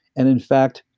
and, in fact,